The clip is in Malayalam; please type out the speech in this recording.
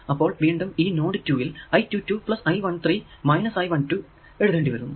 അപ്പോൾ വീണ്ടും ഈ നോഡ് 2 ൽ I 2 2 plus I 1 3 minus I 1 2 എഴുതേണ്ടി വരുന്നു